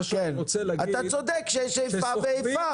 אתה צודק, שיש איפה ואיפה.